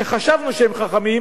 שחשבנו שהם חכמים,